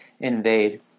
invade